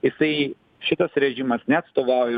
jisai šitas režimas neatstovauja